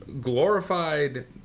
glorified